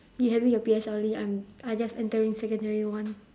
you having your P_S_L_E I'm I just entering secondary one